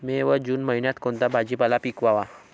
मे व जून महिन्यात कोणता भाजीपाला पिकवावा?